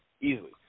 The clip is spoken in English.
easily